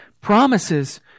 promises